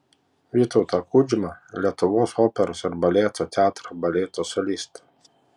vytautą kudžmą lietuvos operos ir baleto teatro baleto solistą